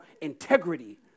integrity